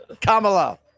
Kamala